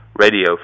Radio